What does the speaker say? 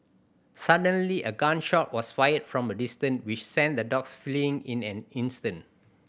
suddenly a gun shot was fired from a distance which sent the dogs fleeing in an instant